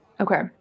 Okay